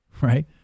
Right